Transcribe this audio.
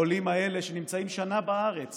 העולים האלה, שנמצאים שנה בארץ